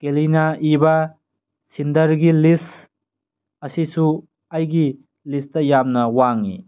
ꯀꯦꯂꯤꯅ ꯏꯕ ꯁꯤꯟꯗꯔꯒꯤ ꯂꯤꯁ ꯑꯁꯤꯁꯨ ꯑꯩꯒꯤ ꯂꯤꯁꯇ ꯌꯥꯝꯅ ꯋꯥꯡꯏ